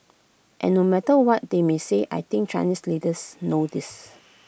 and no matter what they may say I think Chinese leaders know this